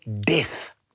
death